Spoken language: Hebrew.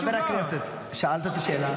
חבר הכנסת, שאלת את השאלה.